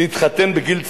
להתחתן בגיל צעיר.